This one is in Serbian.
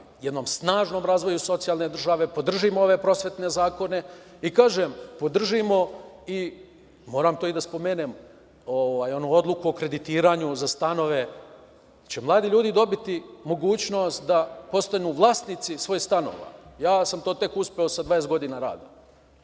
jednom snažnom socijalne države, podržimo ove prosvetne zakone i kažem, podržimo i moram to i da spomenem, onu odluku o kreditiranju za stanove, jer će mladi ljudi dobiti mogućnost da postanu vlasnici svojih stanova, ja sam to tek uspeo sa 20 godina